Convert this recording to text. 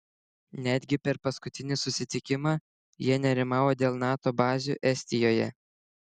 netgi per paskutinį susitikimą jie nerimavo dėl nato bazių estijoje